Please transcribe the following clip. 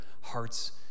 heart's